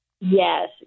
Yes